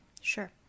sure